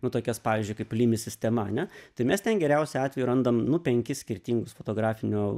nu tokias pavyzdžiui kaip limi sistema ane tai mes ten geriausiu atveju randam nu penkis skirtingus fotografinio